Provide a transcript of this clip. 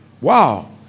Wow